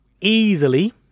easily